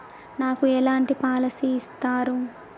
నాకు ఎలాంటి పాలసీ ఇస్తారు?